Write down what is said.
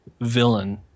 villain